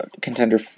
contender